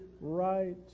right